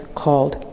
called